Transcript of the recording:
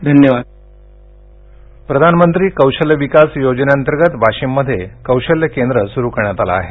धन्यवद्वि वाशिम प्रधानमंत्री कौशल्य विकास योजनेंतर्गत वाशीममध्ये कौशल्य केंद्र सुरू करण्यात आलं आहे